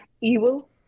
evil